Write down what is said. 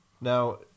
Now